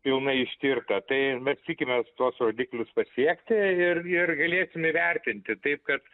pilnai ištirta tai mes tikimės tuos rodiklius pasiekti ir ir galėsim įvertinti taip kad